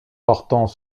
portant